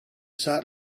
sat